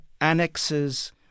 annexes